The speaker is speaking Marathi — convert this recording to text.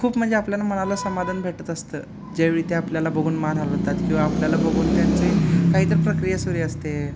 खूप म्हणजे आपल्याला मनाला समाधान भेटत असतं ज्यावेळी ते आपल्याला बघून मान हालवतात किंवा आपल्याला बघून त्यांचे काही तरी प्रक्रिया सुरू असते